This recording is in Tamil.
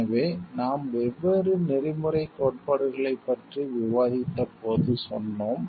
எனவே நாம் வெவ்வேறு நெறிமுறைக் கோட்பாடுகளைப் பற்றி விவாதித்தபோது சொன்னோம்